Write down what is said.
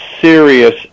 serious